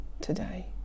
today